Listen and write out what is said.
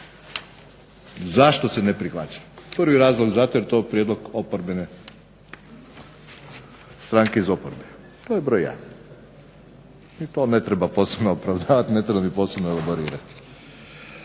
zašto se ne prihvaća. Prvi razlog zato jer je to prijedlog oporbene stranke, stranke iz oporbe. To je broj jedan i to ne treba posebno opravdavati ne treba ni posebno elaborirati.